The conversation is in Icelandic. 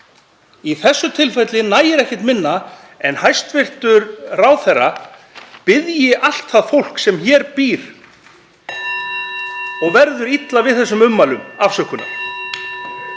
Í þessu tilfelli nægir ekki minna en að hæstv. ráðherra biðji allt það fólk sem hér býr og verður illa fyrir þessum ummælum afsökunar.